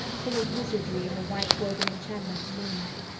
full of wizardry in the white-woven enchantment of moonlight.